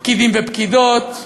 פקידים ופקידות,